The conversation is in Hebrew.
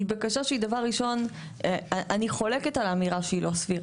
בקשה שדבר ראשון אני חולקת על האמירה שהיא לא סבירה.